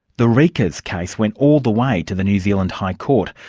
the reekers case went all the way to the new zealand high court,